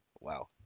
Wow